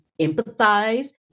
empathize